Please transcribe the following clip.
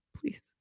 please